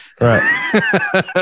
Right